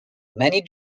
many